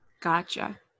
Gotcha